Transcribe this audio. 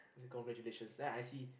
said congratulations then I see